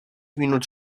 minut